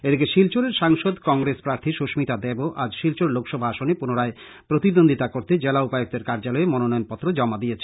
এদিকে শিলচরের সাংসদ কংগ্রেস প্রাথী সুস্মিতা দেব ও আজ শিলচর লোকসভা আসনে পুনরায় প্রতিদ্বন্দিতা করতে জেলা উপায়ুক্তের কার্য্যালয়ে মনোনয়নপত্র জমা দেন